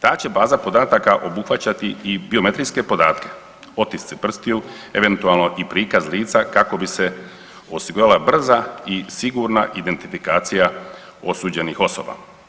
Ta će baza podataka obuhvaćati i biometrijske podatke, otiske prstiju eventualno i prikaz lica kako bi se osigurala brza i sigurna identifikacija osuđenih osoba.